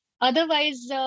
Otherwise